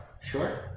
Sure